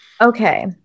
Okay